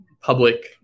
public